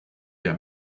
der